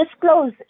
disclose